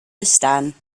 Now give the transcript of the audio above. bestaan